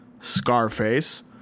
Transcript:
Scarface